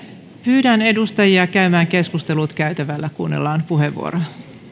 pyydän edustajia käymään keskustelut käytävällä kuunnellaan puheenvuoroja